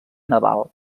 naval